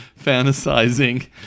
fantasizing